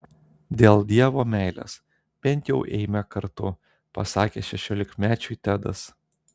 dėl dievo meilės bent jau eime kartu pasakė šešiolikmečiui tedas